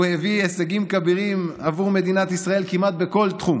הוא הביא הישגים כבירים עבור מדינת ישראל כמעט בכל תחום: